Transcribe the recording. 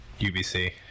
UBC